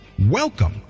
Welcome